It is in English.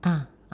ah ah